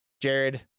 Jared